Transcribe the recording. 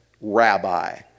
rabbi